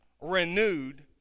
renewed